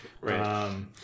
right